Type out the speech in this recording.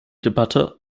debatte